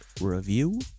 review